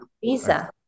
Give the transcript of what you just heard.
visa